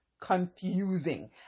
confusing